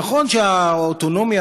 נכון שהאוטונומיה,